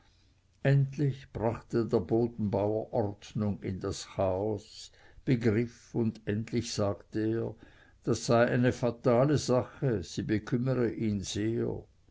endlich brachte der bodenbauer ordnung in das chaos begriff und endlich sagte er das sei eine fatale sache sie bekümmere ihn sehr